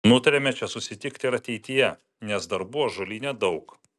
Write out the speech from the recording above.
nutarėme čia susitikti ir ateityje nes darbų ąžuolyne daug